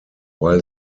while